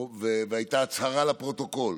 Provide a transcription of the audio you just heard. והייתה הצהרה לפרוטוקול